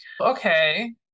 okay